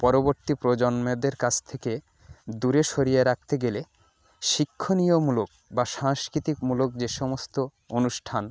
পরবর্তী প্রজন্মদের কাছ থেকে দূরে সরিয়ে রাখতে গেলে শিক্ষণীয়মূলক বা সংস্কৃতিমূলক যে সমস্ত অনুষ্ঠান